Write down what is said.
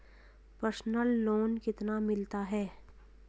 Personal loan कितना मिलता है?